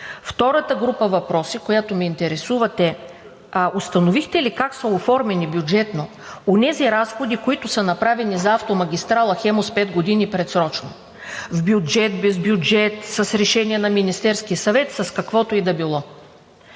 Втората група въпроси, която ме интересува, е: установихте ли как са оформени бюджетно онези разходи, които са направени за автомагистрала „Хемус“ пет години предсрочно? С бюджет, без бюджет, с решение на Министерския съвет – с каквото и да било?